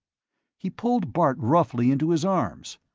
he pulled bart roughly into his arms.